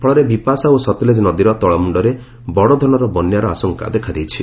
ଫଳରେ ବିପାସା ଓ ସତ୍ଲେଜ୍ ନଦୀର ତଳମୁୁ୍୍ରରେ ବଡ଼ଧରଣର ବନ୍ୟାର ସମ୍ଭାବନା ଦେଖାଦେଇଛି